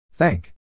Thank